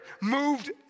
moved